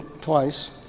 twice